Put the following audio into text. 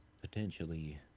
potentially